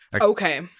Okay